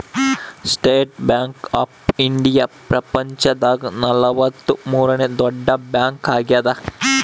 state Bank of India ಪ್ರಪಂಚ ದಾಗ ನಲವತ್ತ ಮೂರನೆ ದೊಡ್ಡ ಬ್ಯಾಂಕ್ ಆಗ್ಯಾದ